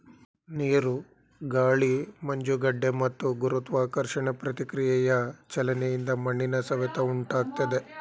ನೀರು ಗಾಳಿ ಮಂಜುಗಡ್ಡೆ ಮತ್ತು ಗುರುತ್ವಾಕರ್ಷಣೆ ಪ್ರತಿಕ್ರಿಯೆಯ ಚಲನೆಯಿಂದ ಮಣ್ಣಿನ ಸವೆತ ಉಂಟಾಗ್ತದೆ